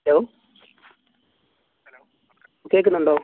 hello കേൾക്കുന്നുണ്ടോ